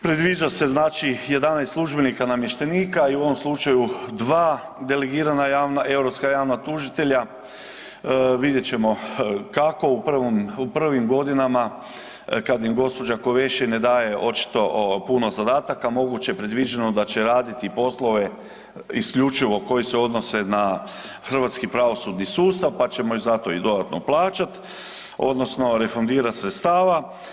Predviđa se znači 11 službenika i namještenika i u ovom slučaju 2 delegirana javna, europska javna tužitelja, vidjet ćemo kako u prvim godinama kad im gđa. Kövesi ne daje očito puno zadataka, moguće predviđeno da će raditi poslove isključivo koji se odnose na hrvatski pravosudni sustav, pa ćemo ih za to i dodatno plaćati odnosno refundirati sredstava.